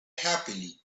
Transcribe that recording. happily